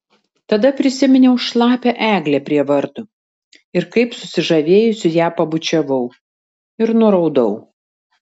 tada prisiminiau šlapią eglę prie vartų ir kaip susižavėjusi ją pabučiavau ir nuraudau